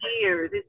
years